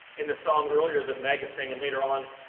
in the song earlier that maggot sang and later on,